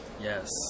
Yes